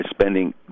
spending